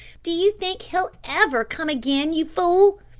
do you think he'll ever come again, you fool?